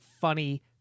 funny